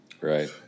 Right